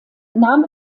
nahm